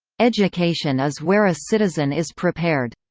education is where a citizen is prepared.